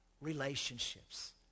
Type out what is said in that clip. relationships